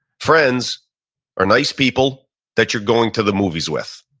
friends are nice people that you're going to the movies with,